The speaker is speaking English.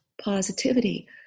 positivity